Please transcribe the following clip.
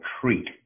treat